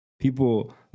People